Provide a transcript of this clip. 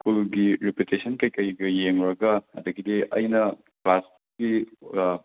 reputation ꯀꯩ ꯀꯩꯒ ꯌꯦꯡꯂꯨꯔꯒ ꯑꯗꯨꯗꯒꯤꯗꯤ ꯑꯩꯅ ꯀ꯭ꯂꯥꯁꯀꯤ